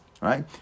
right